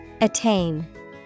Attain